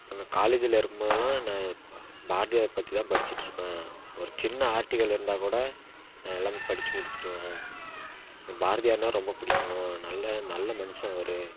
நான் காலேஜில் இருக்கும்போதெல்லாம் நான் பாரதியார் பற்றி தான் படித்துகிட்டு இருப்பேன் ஒரு சின்ன ஆர்ட்டிக்கள் இருந்தால் கூட நான் எல்லாம் படித்து முடிச்சிடுவேன் எனக்கு பாரதியார்னா ரொம்ப பிடிக்கும் நல்ல நல்ல மனுஷன் அவர்